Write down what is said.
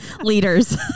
leaders